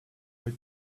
but